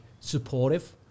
supportive